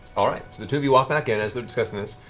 all right. so the two of you walk back in as they're discussing this.